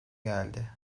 geldi